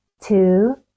two